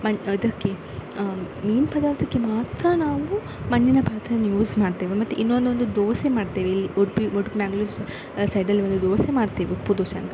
ಮಣ್ಣು ಅದಕ್ಕೆ ಮೀನು ಪದಾರ್ಥಕ್ಕೆ ಮಾತ್ರ ನಾವು ಮಣ್ಣಿನ ಪಾತ್ರೆಯನ್ನು ಯೂಸ್ ಮಾಡ್ತೇವೆ ಮತ್ತು ಇನ್ನೊಂದೊಂದು ದೋಸೆ ಮಾಡ್ತೇವೆ ಇಲ್ಲಿ ಉಡುಪಿ ಉಡುಪಿ ಮಂಗ್ಳೂರು ಸೈಡ್ ಆ ಸೈಡಲ್ಲಿ ಒಂದು ದೋಸೆ ಮಾಡ್ತೇವೆ ಉಪ್ಪು ದೋಸೆ ಅಂತ